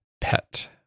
Pet